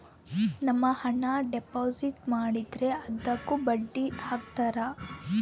ನಮ್ ಹಣ ಡೆಪಾಸಿಟ್ ಮಾಡಿದ್ರ ಅದುಕ್ಕ ಬಡ್ಡಿ ಹಕ್ತರ